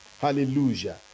hallelujah